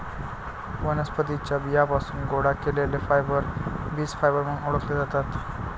वनस्पतीं च्या बियांपासून गोळा केलेले फायबर बीज फायबर म्हणून ओळखले जातात